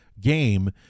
game